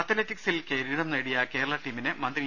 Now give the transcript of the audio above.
അത്ലറ്റിക്സിൽ കിരീടം നേടിയ കേരള ടീമിനെ മന്ത്രി ഇ